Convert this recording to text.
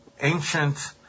ancient